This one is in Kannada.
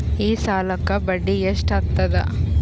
ಈ ಸಾಲಕ್ಕ ಬಡ್ಡಿ ಎಷ್ಟ ಹತ್ತದ?